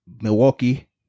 Milwaukee